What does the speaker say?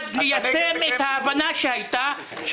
בעד ליישם את ההבנה שהייתה,